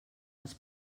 els